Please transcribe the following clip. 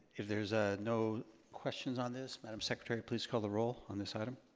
if there's ah no questions on this, madam secretary please call the roll on this item.